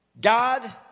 God